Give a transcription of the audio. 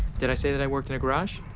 did i say that i worked in a garage?